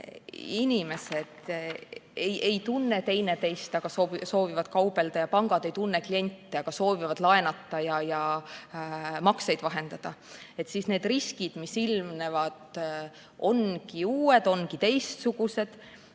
inimesed ei tunne teineteist, aga soovivad kaubelda, ja pangad ei tunne kliente, aga soovivad laenata ja makseid vahendada, need riskid, mis ilmnevad, ongi uued, ongi teistsugused.